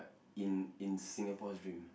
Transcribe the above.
in in Singapore's dream